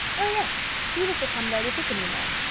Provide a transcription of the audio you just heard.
oh, yes he was to come there with wickham, you know.